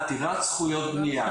עתירת זכויות בניה.